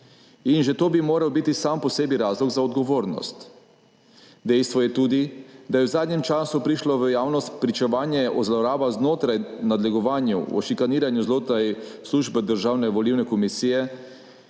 in že to bi moral biti sam po sebi razlog za odgovornost. Dejstvo je tudi, da je v zadnjem času prišlo v javnost pričevanje o zlorabah znotraj, nadlegovanju, o šikaniranju znotraj službe Državne volilne komisije